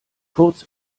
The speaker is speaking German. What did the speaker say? kurz